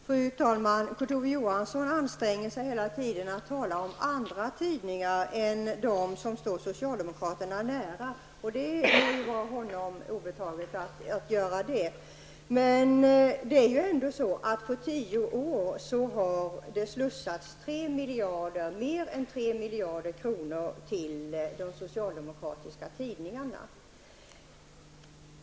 Fru talman! Kurt Ove Johansson anstränger sig hela tiden att tala om andra tidningar än om dem som står socialdemokraterna nära, och det må vara honom obetaget att göra det. Men det är ju ändå så att på tio år har det slussats mer än 3 miljarder kronor till de socialdemokratiska tidningarna.